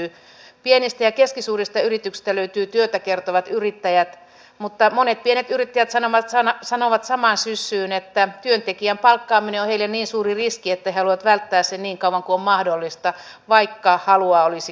pienistä ja keskisuurista yrityksistä löytyy työtä kertovat yrittäjät mutta monet pienet yrittäjät sanovat samaan syssyyn että työntekijän palkkaaminen on heille niin suuri riski että he haluavat välttää sen niin kauan kuin on mahdollista vaikka halua olisi kasvaa